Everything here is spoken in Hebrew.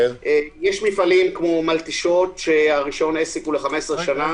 יש מפעלים כמו מלטשות שרישיון העסק הוא ל-15 שנה.